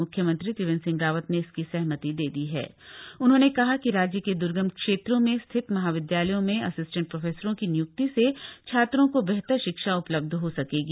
मुख्यमंत्री त्रिवेन्द्र सिंह रावत ने इसकी सहमति दे दी हण उन्होंने कहा कि राज्य के दुर्गम क्षेत्रों में स्थित महाविद्यालयों में असिस्टेंट प्रफ्रेसरों की नियुक्ति से छात्रों क बेहतर शिक्षा उपलबध ह सकेगी